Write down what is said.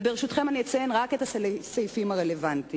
וברשותכם, אני אציין רק את הסעיפים הרלוונטיים: